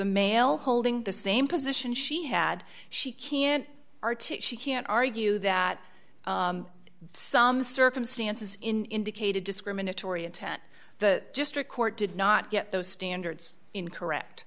a male holding the same position she had she can't or to she can't argue that some circumstances in decayed a discriminatory intent the district court did not get those standards in correct